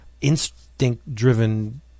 instinct-driven